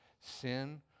sin